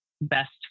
best